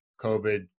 COVID